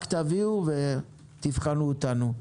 רק תביאו ותבחנו אותנו.